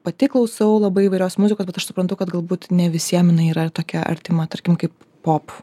pati klausau labai įvairios muzikos bet aš suprantu kad galbūt ne visiem yra tokia artima tarkim kaip pop